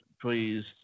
please